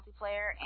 multiplayer